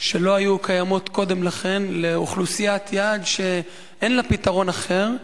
שלא היו קיימות קודם לכן לאוכלוסיית יעד שאין לה פתרון אחר,